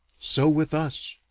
so with us.